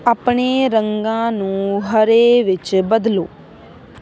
ਆਪਣੇ ਰੰਗਾਂ ਨੂੰ ਹਰੇ ਵਿੱਚ ਬਦਲੋ